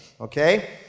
Okay